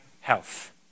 health